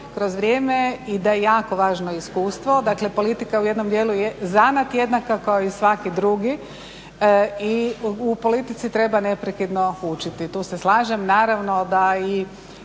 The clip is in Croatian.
kroz vrijeme i da je jako važno iskustvo, dakle politika u jednom dijelu je zanat kao i svaki drugi i u politici treba neprekidno učiti, tu se slažem. Naravno da i